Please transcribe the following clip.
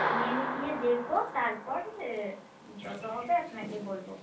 আমি আগে গিয়ে দেখব তারপর যত হবে আপনাকে বলব